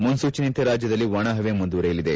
ಮುನ್ಸೂಚನೆಯಂತೆ ರಾಜ್ಯದಲ್ಲಿ ಒಣಹವೆ ಮುಂದುವರೆಯಲಿದೆ